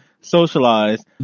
socialize